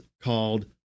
called